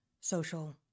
social